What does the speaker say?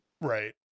right